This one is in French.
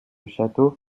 château